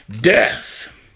death